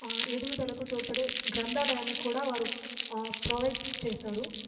ఎదుగుదలకు తోడ్పడే గ్రంథాలయాన్ని కూడా వారు ప్రొవైడ్ చేశారు